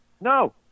no